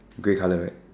grey colour right